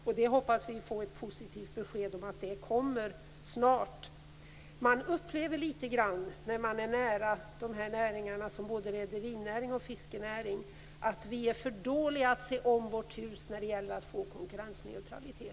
Vi hoppas få ett positivt besked om att det snart kommer. Man upplever när man är nära rederinäringen och fiskenäringen att vi är för dåliga på att se om vårt hus när det gäller att få konkurrensneutralitet.